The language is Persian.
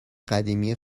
قدیمی